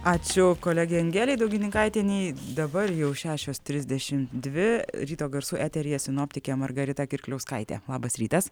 ačiū kolegei angelei daugininkaitienei dabar jau šešio trsdešimt dvi ryto garsų eteryje sinoptikė margarita kirkliauskaitė labas rytas